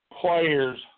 players